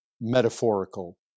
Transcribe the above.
metaphorical